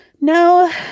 No